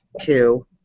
two